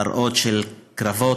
מראות של קרבות,